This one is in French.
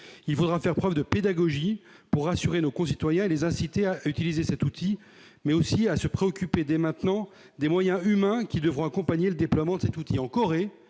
seulement faire preuve de pédagogie pour rassurer nos concitoyens et les inciter à utiliser cet outil, mais aussi se préoccuper dès maintenant des moyens humains qui devront accompagner le déploiement de ce dernier.